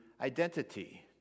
identity